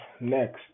Next